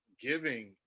giving